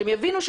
שהם יבינו.